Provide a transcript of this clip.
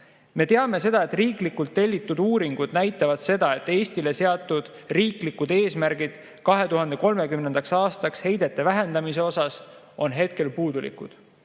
Me teame seda, et riiklikult tellitud uuringud näitavad seda, et Eestile seatud riiklikud eesmärgid 2030. aastaks heidete vähendamise koha pealt on hetkel puudulikud.